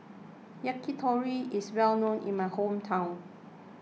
Yakitori is well known in my hometown